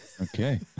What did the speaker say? Okay